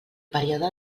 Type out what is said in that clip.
període